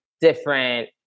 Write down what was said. different